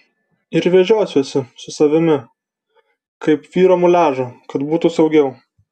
ir vežiosiuosi su savimi kaip vyro muliažą kad būtų saugiau